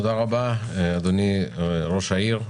תודה רבה, אדוני ראש העיר.